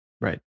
Right